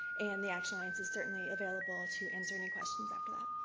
and the action alliance is certainly available to answer any questions after that.